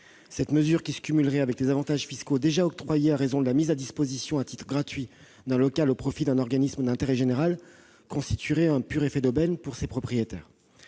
Cette mesure, qui se cumulerait avec les avantages fiscaux déjà octroyés à raison de la mise à disposition à titre gratuit d'un local au profit d'un organisme d'intérêt général, constituerait un pur effet d'aubaine pour ces propriétaires.